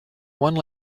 one